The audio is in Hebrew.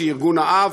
שהיא ארגון-האב,